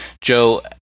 Joe